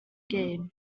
gem